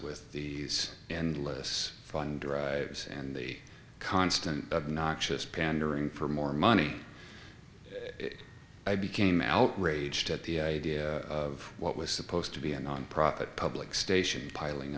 with us and less fund drives and the constant noxious pandering for more money i became outraged at the idea of what was supposed to be a nonprofit public station piling